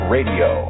Radio